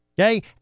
okay